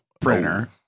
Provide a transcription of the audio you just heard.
printer